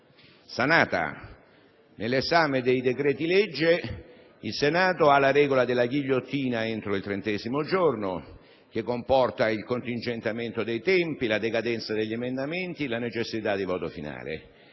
prevede, nell'esame dei decreti-legge, la regola della ghigliottina entro il trentesimo giorno, che comporta il contingentamento dei tempi, la decadenza degli emendamenti, la necessità di voto finale.